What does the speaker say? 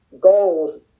goals